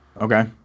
Okay